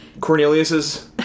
Cornelius's